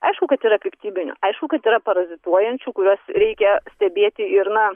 aišku kad yra piktybinių aišku kad yra parazituojančių kuriuos reikia stebėti ir na